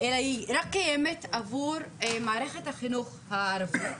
אלא היא רק קיימת עבור מערכת החינוך הערבית,